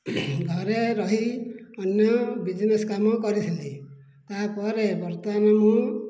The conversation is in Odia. ଘରେ ରହି ଅନ୍ୟ ବିଜ୍ନେସ୍ କାମ କରିଥିଲି ତା'ପରେ ବର୍ତ୍ତମାନ ମୁଁ